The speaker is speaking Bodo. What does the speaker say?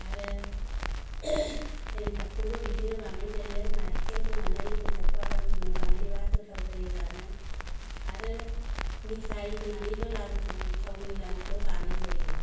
आरो एन्थाबखौबो बिदिनो बानायजायो नारिखेल होनानै एन्थाबखौ आरामनो बानायबा गोथाव जायो जानो आरो मिथाइ होनानैबो लारुखौ थावनि लारुखौ बानायजायो